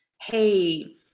hey